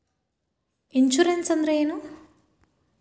Insurance ಅಂದ್ರ ಏನು?